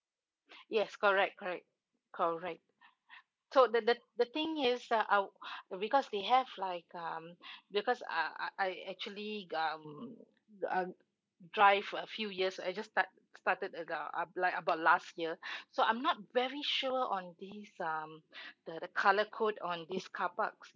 yes correct correct correct so the the the thing is that I wou~ because they have like um because I I I actually got um um drive for a few years I just start started like uh up like about last year so I'm not very sure on this um the the colour code on this car parks